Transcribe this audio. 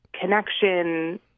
connection